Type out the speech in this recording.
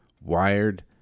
Wired